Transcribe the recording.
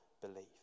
belief